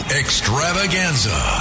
extravaganza